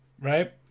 right